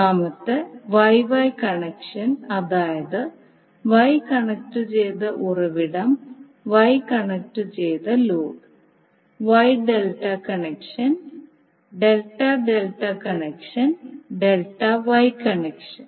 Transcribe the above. • YY connection അതായത് Y കണക്റ്റുചെയ്ത ഉറവിടം Y കണക്റ്റുചെയ്ത load • Y ∆ connection •∆∆ connection •∆ Y connection